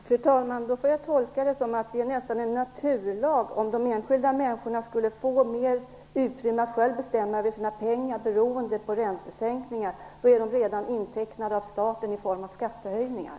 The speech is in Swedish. Fru talman! Jag tolkar det som att detta nästan är en naturlag. Om de enskilda människorna skulle få mer utrymme att själva bestämma över sina pengar beroende på räntesänkningar, då är dessa pengar redan intecknade av staten i form av skattehöjningar.